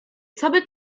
coby